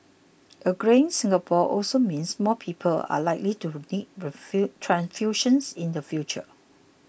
a greying Singapore also means more people are likely to need transfusions in the future